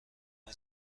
همه